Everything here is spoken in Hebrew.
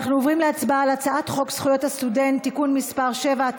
אנחנו עוברים להצעת חוק זכויות הסטודנט (תיקון מס' 7),